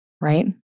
right